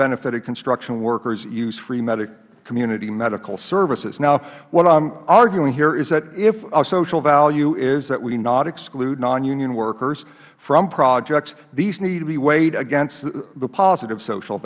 unbenefitted construction workers use free community medical services now what i am arguing here is that if a social value is that we not exclude non union workers from projects these need to be weighed against the positive social